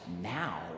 now